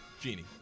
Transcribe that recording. Genie